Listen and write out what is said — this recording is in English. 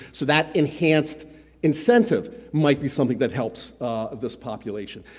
so that enhanced incentive might be something that helps this population.